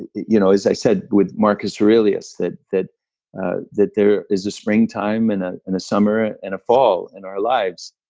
you know, as i said, with marcus aurelius, that that that there is a springtime and and and a summer and a fall in our lives,